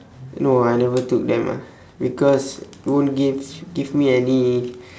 no ah I never took them ah because won't give give me any